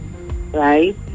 Right